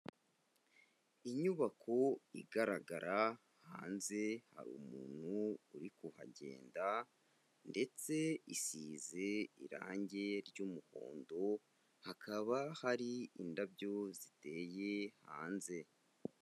Inyubako igaragara hanze hari umuntu uri kuhagenda ndetse isize irange ry'umuhondo, hakaba hari indabyo ziteye hanze.